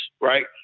right